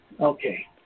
okay